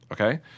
Okay